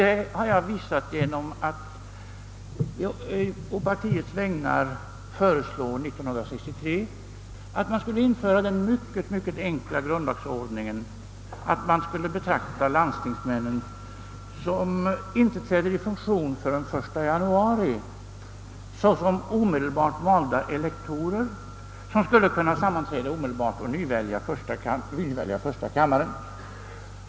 Detta har jag visat genom att 1963 å partiets vägnar föreslå att man skulle införa den mycket enkla grundlagsändringen att betrakta landstingsmännen, som inte träder i funktion förrän den 1 januari, såsom elektorer som skulle kunna sammanträda omedelbart efter valet och nyvälja första kammaren.